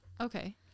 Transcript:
Okay